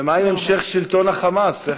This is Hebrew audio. ומה עם המשך שלטון ה"חמאס"?